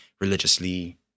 religiously